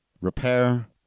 repair